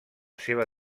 seva